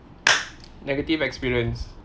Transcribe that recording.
negative experience